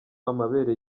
amabere